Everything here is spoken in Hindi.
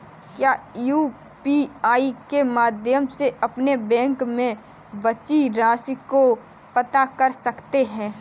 क्या यू.पी.आई के माध्यम से अपने बैंक में बची राशि को पता कर सकते हैं?